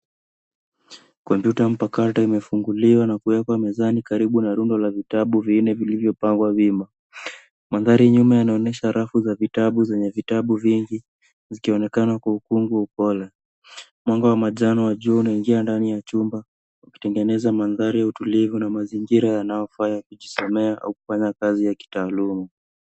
Kompyuta mpakato imefunguliwa na kuwekwa mezani karibu na rundo la vitabu vinne vilivyopangwa wima. Mandhari nyuma yanaonyesha rafu za vitabu zenye vitabu vingi, zikionekana kwa upungufu wa upole. Mwanga wa manjano wa juu unaoingia ndani ya chumba, ukitengeneza mandhari ya utulivu na mazingira yanayofaa kujisomea au kufanya kazi za kitaaluma.